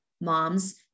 moms